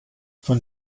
von